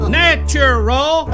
natural